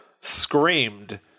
screamed